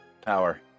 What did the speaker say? power